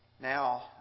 Now